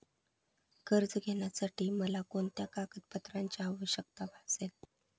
कर्ज घेण्यासाठी मला कोणत्या कागदपत्रांची आवश्यकता भासेल?